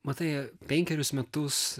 matai penkerius metus